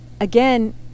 Again